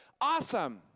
awesome